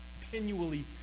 continually